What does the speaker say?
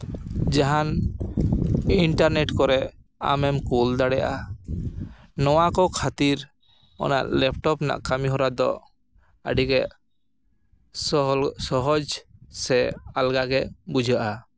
ᱡᱟᱦᱟᱱ ᱤᱱᱴᱟᱨᱱᱮᱴ ᱠᱚᱨᱮᱫ ᱟᱢᱮᱢ ᱠᱳᱞ ᱫᱟᱲᱮᱭᱟᱜᱼᱟ ᱱᱚᱣᱟ ᱠᱚ ᱠᱷᱟᱹᱛᱤᱨ ᱚᱱᱟ ᱞᱮᱯᱴᱚᱯ ᱨᱮᱱᱟᱜ ᱠᱟᱹᱢᱤ ᱦᱚᱨᱟ ᱫᱚ ᱟᱹᱰᱤᱜᱮ ᱥᱚᱦᱚᱡᱽ ᱥᱮ ᱟᱞᱜᱟᱜᱮ ᱵᱩᱡᱷᱟᱹᱜᱼᱟ